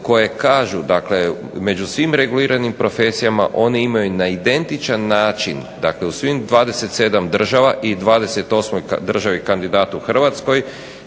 koje kažu dakle među svim reguliranim profesijama one imaju na identičan način dakle u svih 27 država i 28.-oj državi kandidatu Hrvatskoj